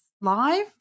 live